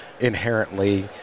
inherently